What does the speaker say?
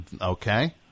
Okay